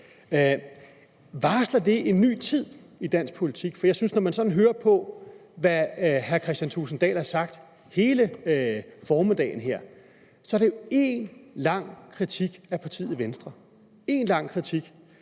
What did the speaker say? Varsler det en ny tid i dansk politik? For når jeg sådan hører på, hvad hr. Kristian Thulesen Dahl har sagt hele formiddagen her, synes jeg jo, det er én lang kritik af partiet Venstre. Det er én lang kritik: